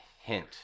hint